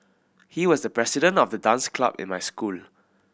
he was the president of the dance club in my school